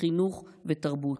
חינוך ותרבות,